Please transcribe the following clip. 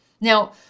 Now